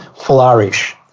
flourish